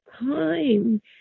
time